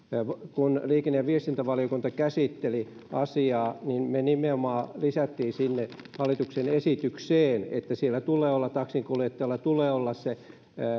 kun liikenne ja viestintävaliokunta käsitteli asiaa niin me nimenomaan lisäsimme sinne hallituksen esitykseen että taksinkuljettajalla tulee olla se